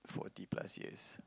forty plus years